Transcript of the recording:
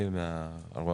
ונתחדשה בשעה